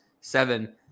seven